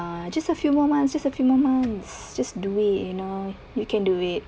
just a few moments just a few moments just do it you know you can do it